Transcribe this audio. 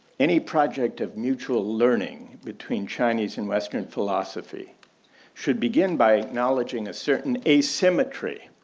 any project of mutual learning between chinese and western philosophy should begin by acknowledging a certain asymmetry.